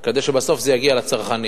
כדי שבסוף זה יגיע לצרכנים.